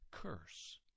curse